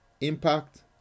impact